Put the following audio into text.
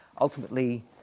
ultimately